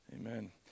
Amen